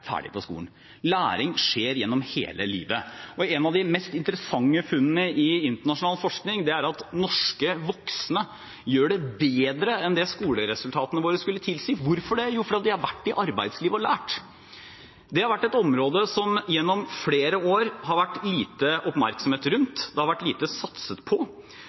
ferdig på skolen. Læring skjer gjennom hele livet. Et av de mest interessante funnene i internasjonal forskning er at norske voksne gjør det bedre enn det skoleresultatene deres skulle tilsi – hvorfor? Jo, det er fordi de har vært ute i arbeidslivet og lært. Det er et område som det gjennom flere år har vært lite oppmerksomhet rundt. Det har vært lite satset på.